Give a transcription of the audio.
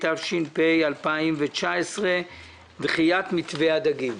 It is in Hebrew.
התש"ף-2019 (דחיית מתווה הדגים).